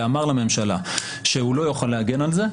ואמר לממשלה שהוא לא יכול להגן על זה,